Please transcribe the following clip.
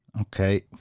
Okay